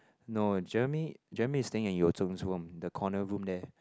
no Jeremy Jeremy is staying at room the corner room there